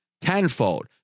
tenfold